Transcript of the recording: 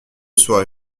soi